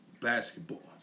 basketball